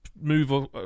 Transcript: move